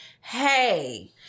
hey